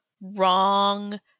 wrong